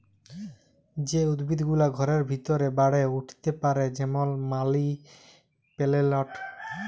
যে উদ্ভিদ গুলা ঘরের ভিতরে বাড়ে উঠ্তে পারে যেমল মালি পেলেলট